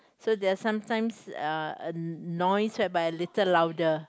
so there's sometimes uh noise whereby a little louder